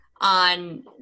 on